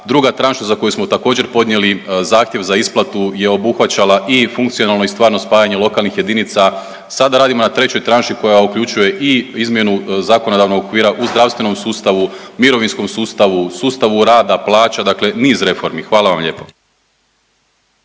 Druga tranša za koju smo također podnijeli zahtjev za isplatu je obuhvaćala i funkcionalno i stvarno spajanje lokalnih jedinica. Sada radimo na trećoj tranši koja uključuje i izmjenu zakonodavnog okvira u zdravstvenom sustavu, mirovinskom sustavu, sustavu rada, plaća dakle niz reformi. Hvala vam lijepo.